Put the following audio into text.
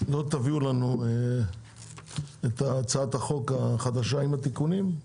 לא תביאו לנו את הצעת החוק החדשה עם התיקונים,